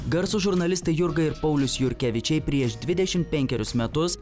garsūs žurnalistai jurga ir paulius jurkevičiai prieš dvidešimt penkerius metus